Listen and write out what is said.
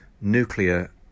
nuclear